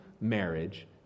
marriage